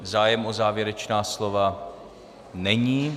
Zájem o závěrečná slova není.